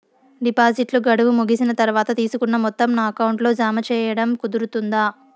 డిపాజిట్లు గడువు ముగిసిన తర్వాత, తీసుకున్న మొత్తం నా అకౌంట్ లో జామ సేయడం కుదురుతుందా?